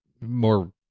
More